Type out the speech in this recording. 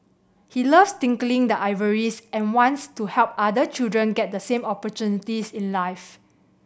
he loves tinkling the ivories and wants to help other children get the same opportunities in life